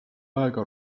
aega